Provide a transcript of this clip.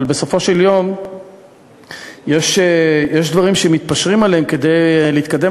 אבל בסופו של יום יש דברים שמתפשרים עליהם כדי להתקדם